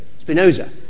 Spinoza